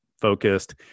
focused